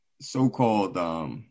so-called